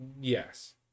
Yes